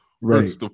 Right